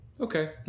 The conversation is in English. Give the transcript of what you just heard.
okay